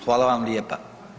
Hvala vam lijepa.